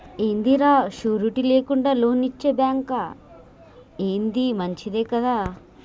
ఇదేందిరా, షూరిటీ లేకుండా లోన్లిచ్చే బాంకా, ఏంది మంచిదే గదా